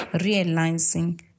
realizing